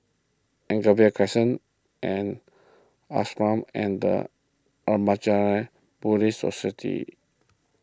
Anchorvale Crescent and Ashram and the Buddhist Society